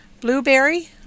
Blueberry